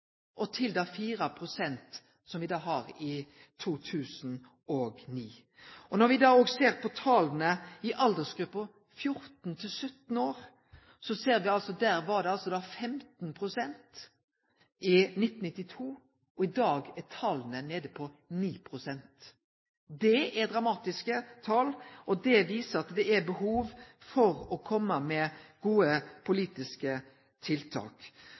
og til dei 4 pst. som vi hadde i 2009. Når me ser på talet for aldersgruppa 14–17 år, var det 15 pst. i 1992, og i dag er talet nede på 9 pst. Det er dramatiske tal, og det viser at det er behov for å kome med gode politiske tiltak.